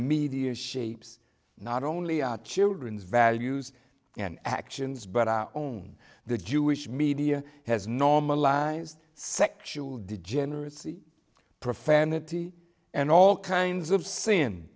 media shapes not only our childrens values and actions but our own the jewish media has normalized sexual degeneracy profanity and all kinds of s